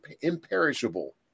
imperishable